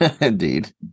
Indeed